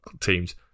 teams